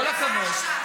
לא, לא, עם כל הכבוד.